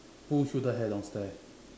push her downstairs